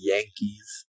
Yankees